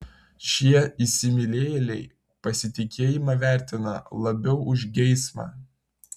šie įsimylėjėliai pasitikėjimą vertina labiau už geismą